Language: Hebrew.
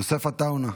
יוסף עטאונה.